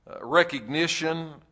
recognition